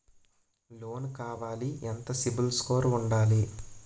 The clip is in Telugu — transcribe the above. లోన్ కావాలి ఎంత సిబిల్ స్కోర్ ఉండాలి?